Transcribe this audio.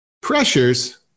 pressures